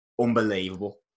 unbelievable